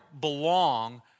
belong